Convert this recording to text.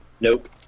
Nope